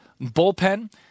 bullpen